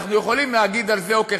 אנחנו יכולים להגיד על זה: אוקיי,